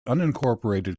unincorporated